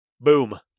Boom